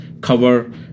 cover